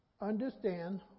Understand